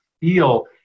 feel